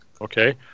okay